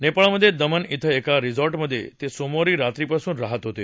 नेपाळमध्ये दामन इथं एका रिसॉर्टमध्ये ते सोमवार रात्रीपासून राहत होते